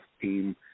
team